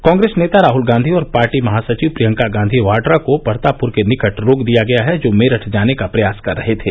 कांग्रेस नेता राहुल गांधी और पार्टी महासचिव प्रियंका गांधी वाड़ा को परतापूर के निकट रोक दिया गया है जो मेरठ जाने का प्रयास कर रहे थे